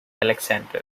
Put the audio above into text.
alexander